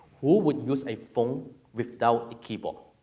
who would use a phone without a keyboard?